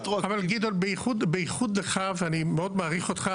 אבל גדעון, בייחוד לך, ואני מאוד מעריך אותך.